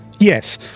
Yes